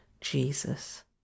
Jesus